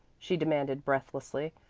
she demanded breathlessly.